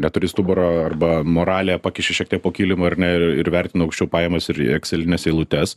neturi stuburo arba moralę pakiši šiek tiek po kilimu ar ne ir vertinu aukščiau pajamas ir ekselines eilutes